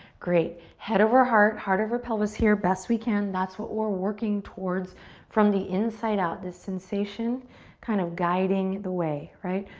great, head over heart, heart over pelvis here, best we can. that's what we're working towards from the inside out, this sensation kind of guiding the way, right?